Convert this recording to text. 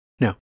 No